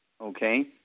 Okay